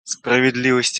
справедливость